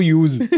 use